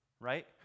right